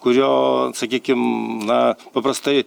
kurio sakykim na paprastai